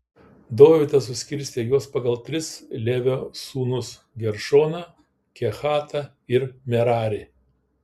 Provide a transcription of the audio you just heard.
dovydas suskirstė juos pagal tris levio sūnus geršoną kehatą ir merarį